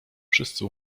wszyscy